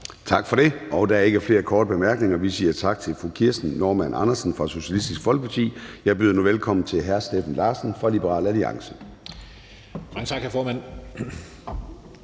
Tak for det. Der er ikke flere korte bemærkninger. Vi siger tak til fru Kirsten Normann Andersen fra Socialistisk Folkeparti. Jeg byder nu velkommen til hr. Steffen Larsen fra Liberal Alliance. Kl. 12:03 (Ordfører)